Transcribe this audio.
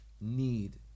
need